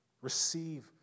Receive